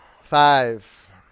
Five